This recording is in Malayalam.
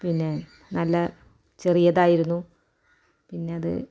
പിന്നെ നല്ല ചെറിയതായിരുന്നു പിന്നെയത്